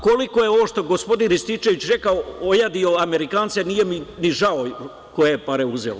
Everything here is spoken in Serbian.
Koliko je, što gospodin Rističević rekao, ojadio Amerikance, nije mi ni žao koje je pare uzeo.